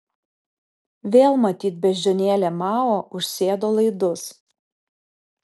vėl matyt beždžionėlė mao užsėdo laidus